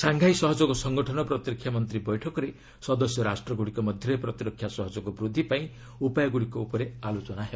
Shanghai ସହଯୋଗ ସଙ୍ଗଠନ ପ୍ରତିରକ୍ଷା ମନ୍ତ୍ରୀ ବୈଠକରେ ସଦସ୍ୟ ରାଷ୍ଟ୍ରଗୁଡ଼ିକ ମଧ୍ୟରେ ପ୍ରତିରକ୍ଷା ସହଯୋଗ ବୃଦ୍ଧି ପାଇଁ ଉପାୟଗୁଡ଼ିକ ସମ୍ପର୍କରେ ଆଲୋଚନା ହେବ